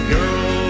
Girl